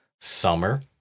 summer